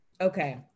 Okay